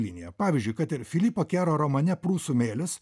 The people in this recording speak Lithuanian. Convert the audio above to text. linija pavyzdžiui kad ir filipo kero romane prūsų mėlis